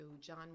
John